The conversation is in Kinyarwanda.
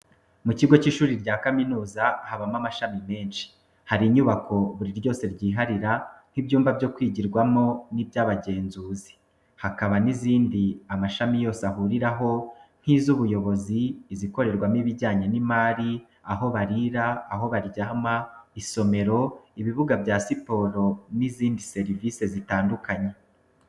Mu kigo cy'ishuri rya kaminuza, habamo amashami menshi, hari inyubako buri ryose ryiharira, nk'ibyumba byo kwigiramo n'iby'abagenzuzi. Hakaba n'izindi amashami yose ahuriraho: nkiz'ubuyobozi, izikorerwamo ibijyanye n'imari, aho barira, aho baryama, isomero, ibibuga bya siporo n'izindi serivisi zitandukanye.